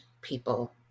people